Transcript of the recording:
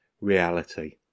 reality